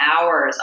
hours